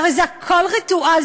הרי זה הכול ריטואל,